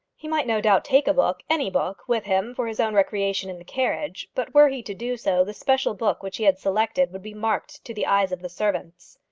he might no doubt take a book any book with him for his own recreation in the carriage but were he to do so, the special book which he had selected would be marked to the eyes of the servants.